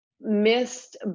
missed